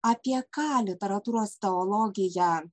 apie ką literatūros teologija